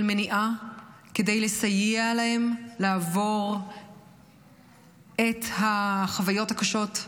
מניעה כדי לסייע להם לעבור את החוויות הקשות,